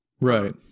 right